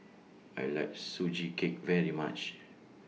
I like Sugee Cake very much